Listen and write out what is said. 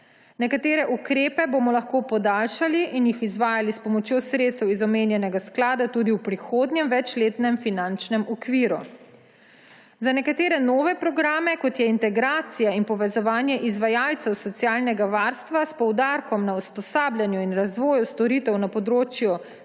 Nekatere ukrepe bomo lahko podaljšali in jih izvajali s pomočjo sredstev iz omenjenega sklada tudi v prihodnjem večletnem finančnem okviru. Za nekatere nove programe, kot je integracija in povezovanje izvajalcev socialnega varstva s poudarkom na usposabljanju in razvoju storitev na področju